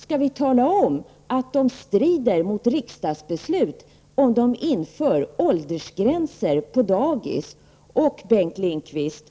Skall vi tala om att de strider mot riksdagsbeslut om de inför åldersgränser på dagis? Och slutligen, Bengt Lindqvist: